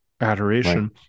adoration